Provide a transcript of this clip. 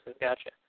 Gotcha